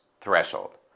threshold